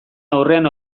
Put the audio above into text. aurrean